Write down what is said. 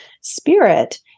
spirit